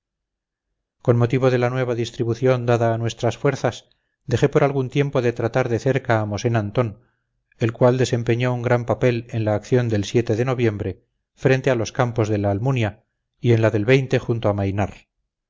con motivo de la nueva distribución dada a nuestras fuerzas dejé por algún tiempo de tratar de cerca a mosén antón el cual desempeñó un gran papel en la acción del de noviembre frente a los campos de la almunia y en la del junto a maynar